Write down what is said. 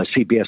CBS